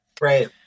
Right